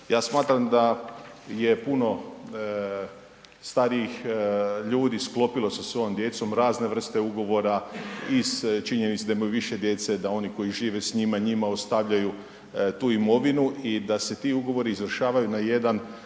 ja smatram da je puno starijih ljudi sklopilo sa svojom djecom razne vrste ugovora iz činjenice da imaju više djece da oni koji žive s njima njima ostavljaju tu imovinu i da se ti ugovori izvršavaju na jedan